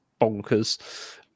bonkers